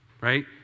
right